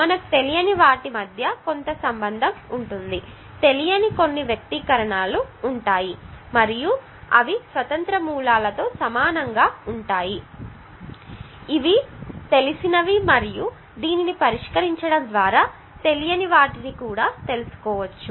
మనకు తెలియని వాటి మధ్య కొంత సంబంధం ఉంటుంది తెలియని కొన్ని వ్యక్తీకరణలు ఉంటాయి మరియు అవి స్వతంత్ర మూలాల తో సమానంగా ఉంటాయి ఇవి తెలిసినవి మరియు దీనిని పరిష్కరించడం ద్వారా తెలియని వాటిని తెలుసుకోవచ్చు